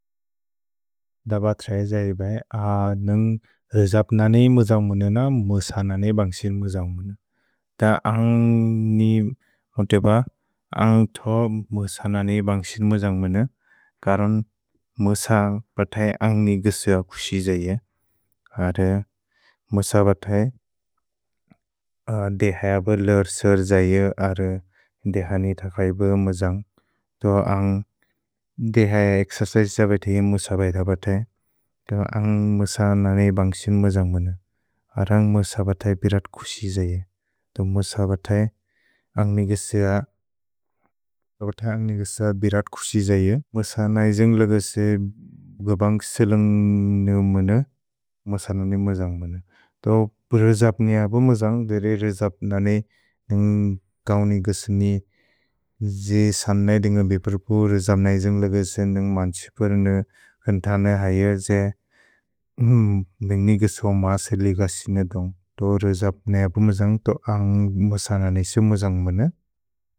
दब त्रए जै बए अ नन्ग् रजप् ननेइ मुजन्ग् मुन न मुस ननेइ बन्ग्सिर् मुजन्ग् मुन। त अग् नि होन्तिब अग् थो मुस ननेइ बन्ग्सिर् मुजन्ग् मुन, करुन् मुस बतए अग् नि गिसुय कुक्सि जैय, अरे मुस बतए देहय ब लर्सर् जैय, अरे देहनि थकैब मुजन्ग्। थो अग् देहय एक्ससैस बतए मुस बतए, थो अग् मुस ननेइ बन्ग्सिर् मुजन्ग् मुन, अरे अग् मुस बतए बिरत् कुक्सि जैय, थो मुस बतए अग् नि गिसुय बिरत् कुक्सि जैय, मुस ननेइ जुन्ग् लगसे गुबन्ग् सिलुन्ग् नु मुन, मुस ननेइ मुजन्ग् मुन। थो पुरजप नियप मुजन्ग्, देरे रजप ननेइ न्गौनि गुसनि, जै सन् नै दिन्ग बेपरपु रजप नै जुन्ग् लगसे, नन्ग् मन्छिपरन हन्तन हय जै, न्गनि गुसो मसिर् लिकसिन दोन्ग्। थो रजप नियप मुजन्ग्, थो अग् मुस ननेइ सिलु मुजन्ग् मुन।